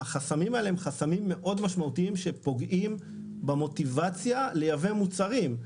החסמים האלה הם חסמים מאוד משמעותיים שפוגעים במוטיבציה לייבא מוצרים.